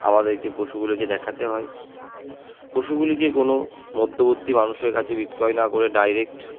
আমাদেরকে পশুগুলোকে দেখাতে হয় পশুগুলিকে কোনও মধ্যবর্তী মানুষের কাছে বিক্রয় না করে ডাইরেক্ট